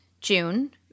June